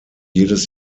jedes